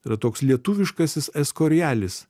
yra toks lietuviškasis eskorialis